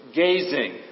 gazing